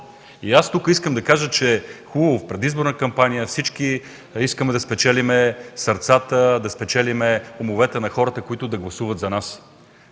Тук искам да кажа – хубаво, предизборна кампания, всички искаме да спечелим сърцата и умовете на хората, които да гласуват за нас.